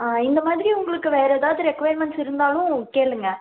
ஆ இந்தமாதிரி உங்களுக்கு வேறு எதாவது ரெக்கொயர்மண்ட்ஸ் இருந்தாலும் கேளுங்கள்